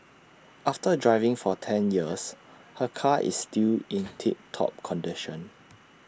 after driving for ten years her car is still in tip top condition